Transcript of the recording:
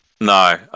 No